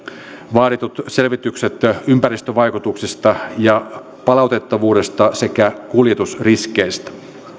vaaditut selvitykset ympäristövaikutuksista ja palautettavuudesta sekä kuljetusriskeistä